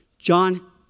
John